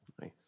nice